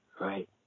Right